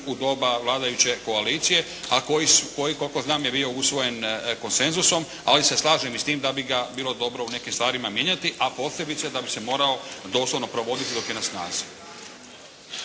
u doba vladajuće koalicije a koji koliko znam je bio usvojen konsenzusom. Ali se slažem i s tim da bi ga bilo dobro u nekim stvarima mijenjati, a posebice da bi se morao doslovno provoditi dok je na snazi.